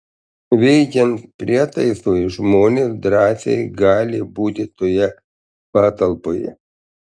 veikiant prietaisui žmonės drąsiai gali būti toje patalpoje